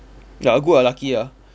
ya good ah lucky ah